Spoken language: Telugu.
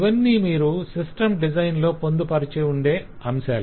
ఇవన్నీ మీరు సిస్టమ్ డిజైన్ లో పొందుపరచియుండే అంశాలు